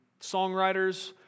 songwriters